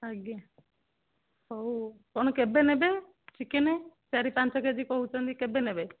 ଆଜ୍ଞା ହଉ କ'ଣ କେବେ ନେବେ ଚିକେନ୍ ଚାରି ପାଞ୍ଚ କେ ଜି କହୁଛନ୍ତି କେବେ ନେବେ